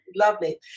Lovely